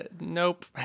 nope